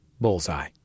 bullseye